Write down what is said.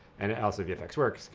and also the effects work